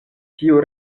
tiu